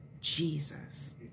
Jesus